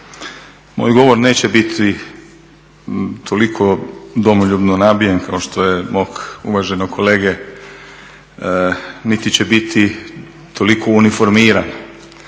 Moj govor neće biti toliko domoljubno nabijen kao što je mog uvaženog kolege niti će biti toliko uniformiran.